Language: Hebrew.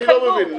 הם התחייבו.